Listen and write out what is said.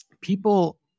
people